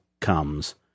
comes